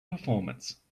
performance